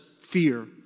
Fear